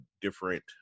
different